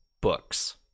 books